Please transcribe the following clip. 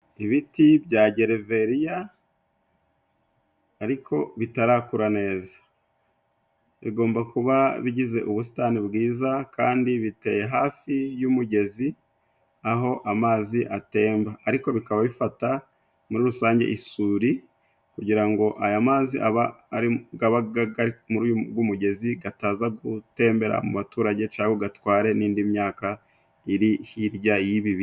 Ibiti bya gereveriya ariko bitarakura neza bigomba kuba bigize ubusitani bwiza kandi biteye hafi y'umugezi aho amazi atemba ariko bikaba bifata muri rusange isuri kugira ngo aya mazi aba ari gari muri ugu mugezi kataza gutembera mu baturage cangwa ngo gatware n'indi myaka iri hirya y'ibibi...